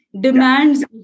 demands